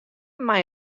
mei